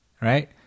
Right